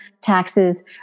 taxes